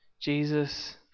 Jesus